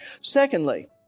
Secondly